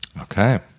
Okay